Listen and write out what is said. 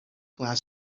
glass